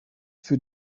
für